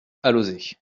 alauzet